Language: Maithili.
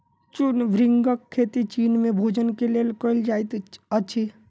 चूर्ण भृंगक खेती चीन में भोजन के लेल कयल जाइत अछि